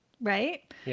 right